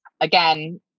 Again